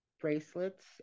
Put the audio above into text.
bracelets